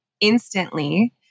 instantly